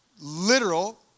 literal